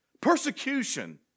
Persecution